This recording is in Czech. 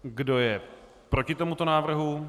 Kdo je proti tomuto návrhu?